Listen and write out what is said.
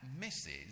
misses